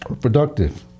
productive